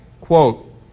Quote